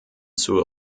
zur